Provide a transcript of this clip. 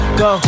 go